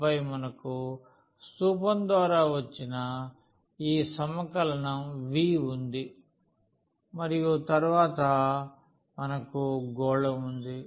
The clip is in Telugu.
ఆ పై మనకు స్థూపం ద్వారా వచ్చిన ఈ సమకలనం V వుంది మరియు తరువాత మనకు గోళం ఉంది